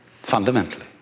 Fundamentally